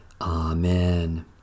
Amen